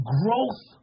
growth